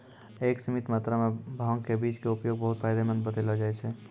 एक सीमित मात्रा मॅ भांग के बीज के उपयोग बहु्त फायदेमंद बतैलो जाय छै